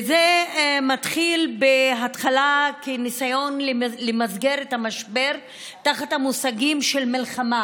וזה מתחיל בהתחלה כניסיון למסגר את המשבר תחת המושגים של מלחמה